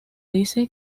dice